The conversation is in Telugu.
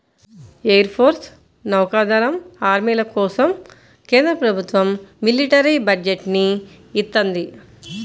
ఎయిర్ ఫోర్సు, నౌకా దళం, ఆర్మీల కోసం కేంద్ర ప్రభుత్వం మిలిటరీ బడ్జెట్ ని ఇత్తంది